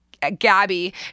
Gabby